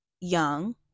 young